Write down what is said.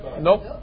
nope